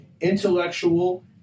intellectual